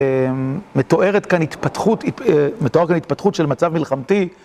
מתואר כאן התפתחות של מצב מלחמתי.